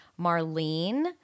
Marlene